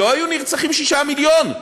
לא היו נרצחים שישה מיליון?